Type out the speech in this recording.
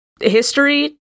history